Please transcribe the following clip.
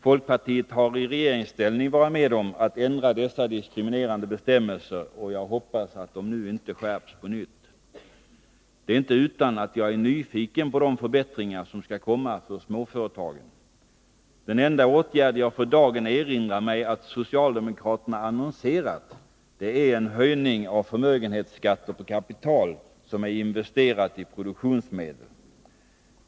Folkpartiet har i regeringsställning varit med om att ändra dessa diskriminerande bestämmelser, och jag hoppas att de inte skärps på nytt. Det är inte utan att jag är nyfiken på de förbättringar som skall komma när det gäller småföretagen. Den enda åtgärd jag för dagen erinrar mig att socialdemokraterna annonserat är en höjning av förmögenhetsskatter på kapital som är investerat i produktionsmedel.